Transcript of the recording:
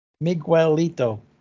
Miguelito